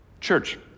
Church